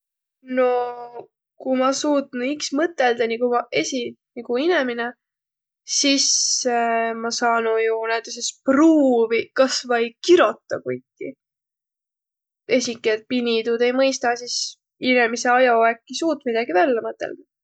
No ku ma suutnuq iks mõtõldaq, nigu maq esiq, nigu inemine, sis ma saanuq jo näütüses pruuviq kasvai kirotaq kuiki. Esiki, et pini tuud ei mõistaq sis inemise ajo äkki suut midägi vällä mõtõldaq.